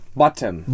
bottom